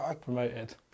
promoted